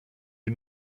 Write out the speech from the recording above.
die